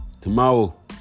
tomorrow